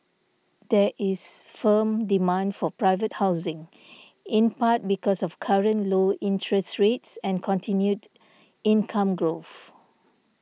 there is firm demand for private housing in part because of current low interest rates and continued income growth